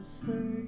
say